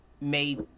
made